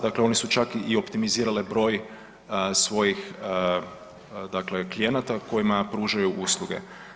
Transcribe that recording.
Dakle, one su čak i optimizirale broj svojih, dakle klijenata kojima pružaju usluge.